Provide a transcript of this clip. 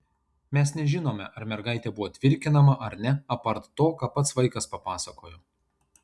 mes nežinome ar mergaitė buvo tvirkinama ar ne apart to ką pats vaikas papasakojo